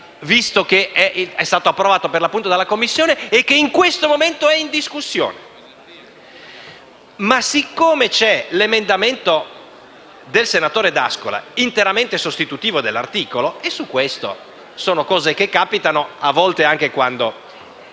visto che è stato approvato, per l'appunto, dalla Commissione e che in questo momento è in discussione. È stato però presentato l'emendamento del senatore D'Ascola, interamente sostitutivo dell'articolo 1. Sono cose che capitano, a volte anche quando